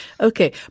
Okay